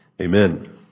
amen